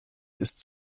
ist